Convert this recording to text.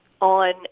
on